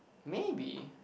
maybe